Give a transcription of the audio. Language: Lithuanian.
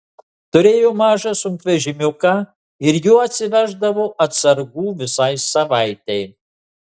turėjo mažą sunkvežimiuką ir juo atsiveždavo atsargų visai savaitei